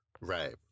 right